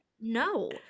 No